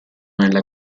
nella